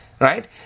right